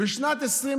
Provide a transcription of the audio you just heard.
בשנת 2020,